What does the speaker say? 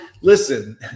listen